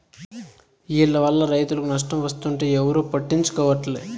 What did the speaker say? ఈల్ల వల్ల రైతులకు నష్టం వస్తుంటే ఎవరూ పట్టించుకోవట్లే